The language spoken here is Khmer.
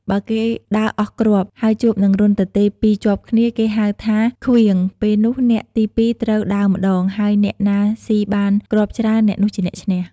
បើគេដើរអស់គ្រាប់ ហើយជួបនឹងរន្ធទទេពីរជាប់គ្នា គេហៅថាឃ្វាង ពេលនោះអ្នកទីពីរត្រូវដើរម្ដង ហើយអ្នកណាស៊ីបានគ្រាប់ច្រើន អ្នកនោះជាអ្នកឈ្នះ។